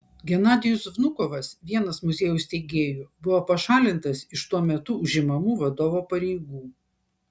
genadijus vnukovas vienas muziejaus steigėjų buvo pašalintas iš tuo metu užimamų vadovo pareigų